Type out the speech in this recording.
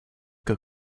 chip